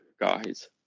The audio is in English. guys